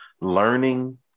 learning